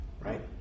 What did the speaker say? right